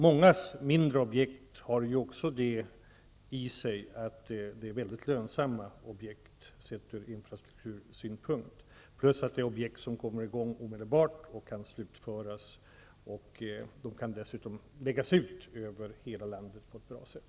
Många mindre objekt har den fördelen att de är väldigt lönsamma sett från infrastruktursynpunkt. Dessutom kan de mindre objekten sättas i gång omedelbart, samtidigt som de kan läggas ut över hela landet på ett bra sätt.